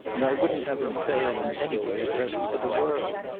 and i wouldn't have him fail in any way at present for the world.